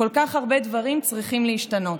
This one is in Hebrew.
כל כך הרבה דברים צריכים להשתנות.